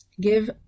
Give